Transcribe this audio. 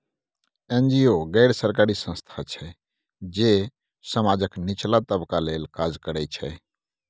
NGO गैर सरकारी संस्था छै जे समाजक निचला तबका लेल काज करय छै